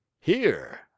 Here